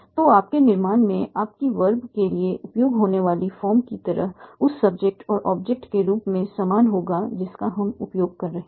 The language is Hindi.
तो आपके निर्माण में आपकी वर्ब के लिए उपयोग होने वाले फॉर्म की तरह उस सब्जेक्ट और ऑब्जेक्ट के रूप के समान होगा जिसका हम उपयोग कर रहे हैं